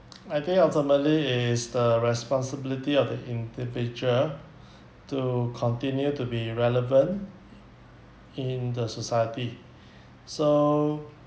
I think ultimately it's the responsibility of the individual to continue to be relevant in the society so